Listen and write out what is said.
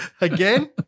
Again